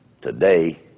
today